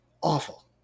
Awful